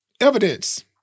evidence